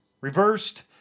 reversed